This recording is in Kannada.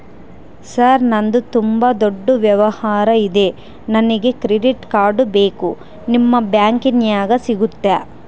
ಸರ್ ನಂದು ತುಂಬಾ ದೊಡ್ಡ ವ್ಯವಹಾರ ಇದೆ ನನಗೆ ಕ್ರೆಡಿಟ್ ಕಾರ್ಡ್ ಬೇಕು ನಿಮ್ಮ ಬ್ಯಾಂಕಿನ್ಯಾಗ ಸಿಗುತ್ತಾ?